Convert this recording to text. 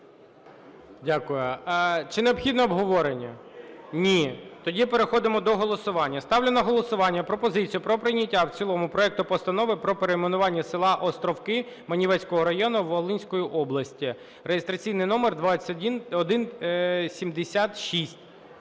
Дякую. Чи необхідно обговорення? Ні. Тоді переходимо до голосування. Ставлю на голосування пропозицію про прийняття в цілому проекту Постанови про перейменування села Островки Маневицького району Волинської області (реєстрацій номер 2176).